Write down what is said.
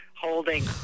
holding